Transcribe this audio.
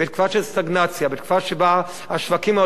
בתקופה שבה השווקים העולמיים מאותתים מצוקה,